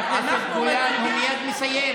אנחנו, חברת הכנסת גולן, הוא מייד מסיים.